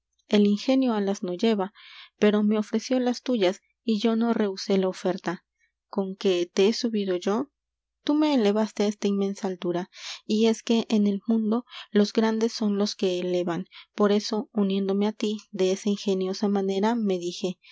l ingenio alas no lleva pero me ofreció las tuyas y yo no rehusé la oferta con que te he subido yo t ú me elevaste á esta inmensa altura y es que en el mundo los grandes son los que elevan por eso uniéndome á t i de esa ingeniosa manera me dije